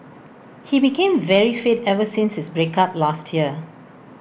he became very fit ever since his break up last year